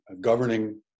governing